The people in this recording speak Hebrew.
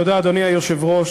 אדוני היושב-ראש,